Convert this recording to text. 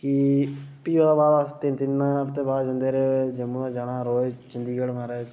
कि फ्ही ओह्दे अस तिन्न तिन्न हफ्तै बाद जंदे रेह् जम्मू दा जाना रोज चंढीगड़ माराज